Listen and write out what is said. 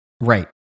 Right